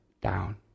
down